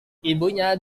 ibunya